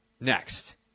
Next